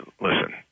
Listen